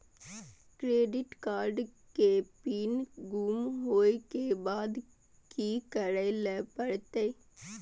Credit card के PIN गुम होय के बाद की करै ल परतै?